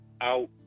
out